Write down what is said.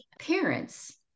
parents